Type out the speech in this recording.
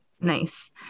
Nice